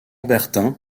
bertin